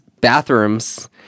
bathrooms